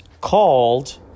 called